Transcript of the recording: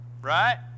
right